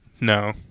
No